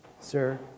sir